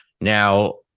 Now